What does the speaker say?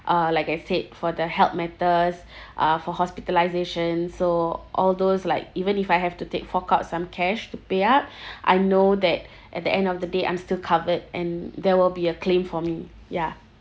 uh like I said for the health matters uh for hospitalisation so all those like even if I have to take fork out some cash to pay up I know that at the end of the day I'm still covered and there will be a claim for me ya